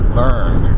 learn